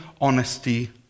honesty